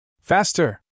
Faster